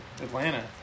Atlanta